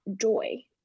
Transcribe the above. joy